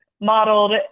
modeled